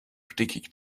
stickig